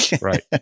Right